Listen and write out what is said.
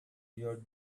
your